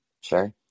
Sure